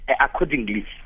accordingly